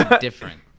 different